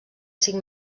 cinc